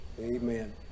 Amen